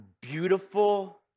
beautiful